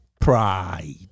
pride